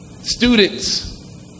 Students